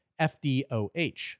FDOH